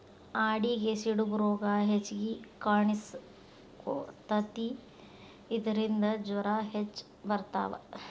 ಆಡಿಗೆ ಸಿಡುಬು ರೋಗಾ ಹೆಚಗಿ ಕಾಣಿಸಕೊತತಿ ಇದರಿಂದ ಜ್ವರಾ ಹೆಚ್ಚ ಬರತಾವ